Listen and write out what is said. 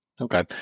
Okay